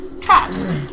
traps